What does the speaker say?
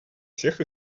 всех